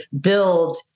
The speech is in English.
build